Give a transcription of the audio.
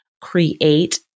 create